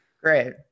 Great